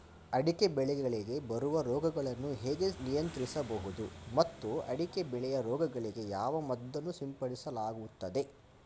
ಅಡಿಕೆ ಬೆಳೆಗಳಿಗೆ ಬರುವ ರೋಗಗಳನ್ನು ಹೇಗೆ ನಿಯಂತ್ರಿಸಬಹುದು ಮತ್ತು ಅಡಿಕೆ ಬೆಳೆಯ ರೋಗಗಳಿಗೆ ಯಾವ ಮದ್ದನ್ನು ಸಿಂಪಡಿಸಲಾಗುತ್ತದೆ?